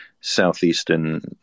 southeastern